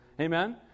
Amen